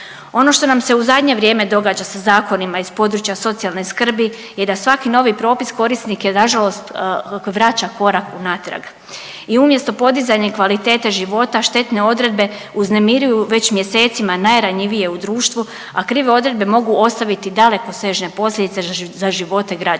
Ono što nam se u zadnje vrijeme događa sa zakonima iz područja socijalne skrbi je da svaki novi propis korisnike na žalost vraća korak unatrag i umjesto podizanja kvalitete života štetne odredbe uznemiruju već mjesecima najranjivije u društvu, a krive odredbe mogu ostaviti dalekosežne posljedice za živote građana.